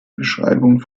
beschreibung